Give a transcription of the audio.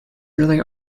really